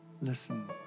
listen